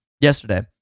yesterday